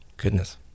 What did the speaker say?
goodness